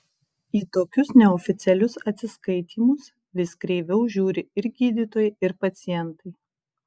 į tokius neoficialius atsiskaitymus vis kreiviau žiūri ir gydytojai ir pacientai